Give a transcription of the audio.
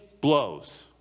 blows